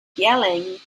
yelling